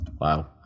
wow